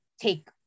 take